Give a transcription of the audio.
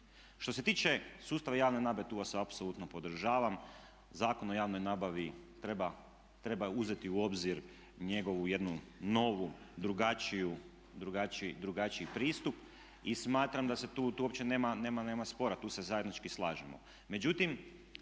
Što se tiče sustava javne nabave tu vas apsolutno podržavam, Zakon o javnoj nabavi treba uzeti u obzir njegovu jednu novu drugačiji pristup. I smatram da se tu, tu uopće nema spora, tu se zajednički slažemo.